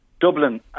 Dublin